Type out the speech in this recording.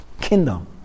Kingdom